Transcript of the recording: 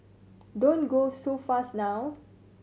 don't go so fast now